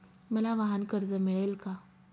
मला वाहनकर्ज मिळेल का?